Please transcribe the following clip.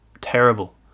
terrible